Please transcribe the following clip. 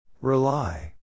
Rely